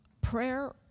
Prayer